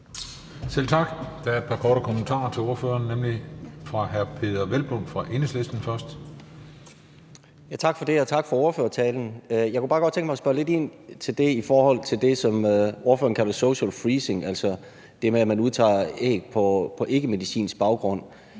Selv tak. Der er et par korte bemærkninger til ordføreren. Først er det hr. Peder Hvelplund fra Enhedslisten. Kl. 16:58 Peder Hvelplund (EL): Tak for det, og tak for ordførertalen. Jeg kunne bare godt tænke mig at spørge lidt ind til det, som ordføreren kalder social freezing, altså det med, at man udtager æg på ikkemedicinsk baggrund.